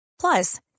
Plus